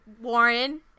Warren